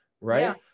Right